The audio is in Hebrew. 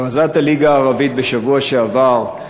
הכרזת הליגה הערבית בשבוע שעבר,